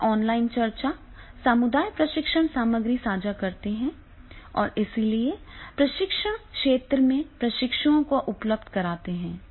यह ऑनलाइन चर्चा समुदाय प्रशिक्षण सामग्री साझा करते हैं और इसलिए प्रशिक्षण क्षेत्र में प्रशिक्षुओं को उपलब्ध कराते हैं